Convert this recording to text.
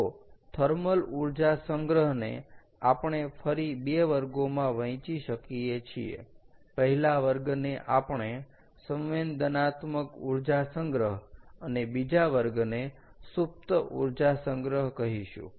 તો થર્મલ ઊર્જા સંગ્રહને આપણે ફરી બે વર્ગોમાં વહેંચી શકીએ છીએ પહેલા વર્ગને આપણે સંવેદનાત્મક ઊર્જા સંગ્રહ અને બીજા વર્ગને સૂપ્ત ઊર્જા સંગ્રહ કહીશું